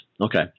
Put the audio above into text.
Okay